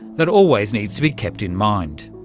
that always needs to be kept in mind.